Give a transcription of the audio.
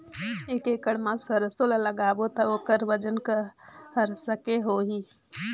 एक एकड़ मा सरसो ला लगाबो ता ओकर वजन हर कते होही?